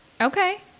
Okay